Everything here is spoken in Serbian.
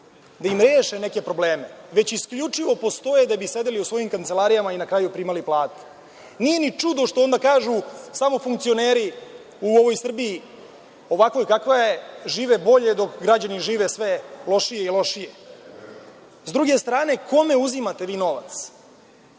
da im reše neke probleme, već isključivo postoje da bi sedeli u svojim kancelarijama i na kraju primali platu. Nije ni čudo što onda kažu da samo funkcioneri u ovoj Srbiji, ovakvoj kakva je, žive bolje, dok građani žive sve lošije i lošije.S druge strane, kome vi uzimate novac,